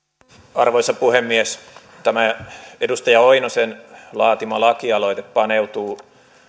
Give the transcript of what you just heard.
arvoisa puhemies tämä edustaja oinosen laatima lakialoite paneutuu